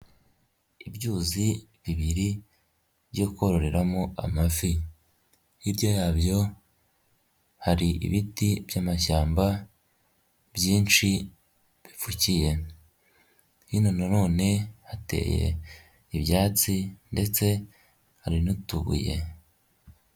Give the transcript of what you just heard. Ibyuzi bibiri byo kororeramo amafi, hirya yabyo, hari ibiti by'amashyamba, byinshi bipfukiyemo, bino nanone hateye ibyatsi ndetse hari n'utubuye.